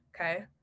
Okay